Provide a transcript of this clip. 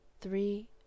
three